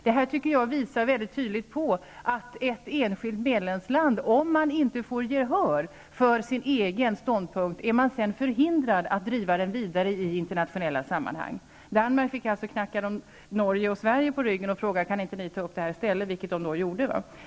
Detta visar enligt min uppfattning på att ett enskilt medlemsland, om man inte får gehör för sin egen ståndpunkt, sedan är förhindrat att driva den vidare i internationella sammanhang. Danmark fick alltså lov att knacka Norge och Sverige på ryggen och fråga om inte vi kunde ta upp frågan, vilket vi också gjorde.